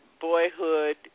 boyhood